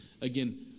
again